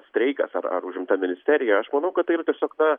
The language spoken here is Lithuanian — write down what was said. streikas ar ar užimta ministerija aš manau kad tai yra tiesiog na